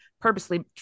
purposely